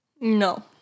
No